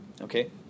okay